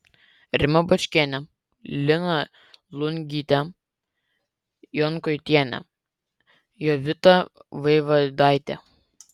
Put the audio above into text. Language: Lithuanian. rima bačkienė lina lungytė jankoitienė jovita vaivadaitė